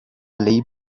label